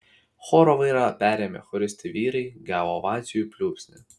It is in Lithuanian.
choro vairą perėmę choristai vyrai gavo ovacijų pliūpsnį